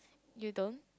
you don't